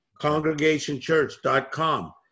congregationchurch.com